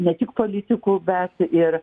ne tik politikų bet ir